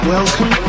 Welcome